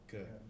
Good